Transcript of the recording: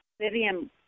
Vivian